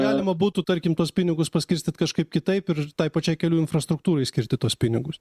galima būtų tarkim tuos pinigus paskirstyti kažkaip kitaip ir tai pačiai kelių infrastruktūrai skirti tuos pinigus